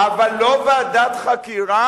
אדוני השר, אבל לא ועדת חקירה.